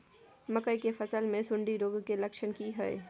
मकई के फसल मे सुंडी रोग के लक्षण की हय?